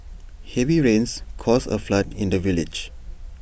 heavy rains caused A flood in the village